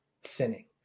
sinning